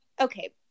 okay